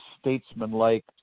statesmanlike